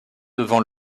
devant